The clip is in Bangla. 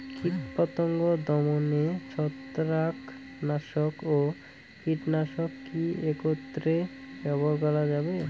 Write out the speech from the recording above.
কীটপতঙ্গ দমনে ছত্রাকনাশক ও কীটনাশক কী একত্রে ব্যবহার করা যাবে?